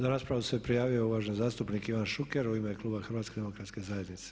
Za raspravu se prijavio uvaženi zastupnik Ivan Šuker u ime kluba HDZ-a.